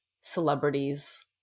celebrities